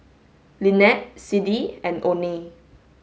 Lynette Siddie and Oney